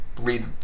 read